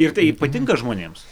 ir tai patinka žmonėms